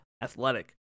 athletic